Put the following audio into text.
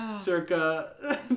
circa